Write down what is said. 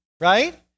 right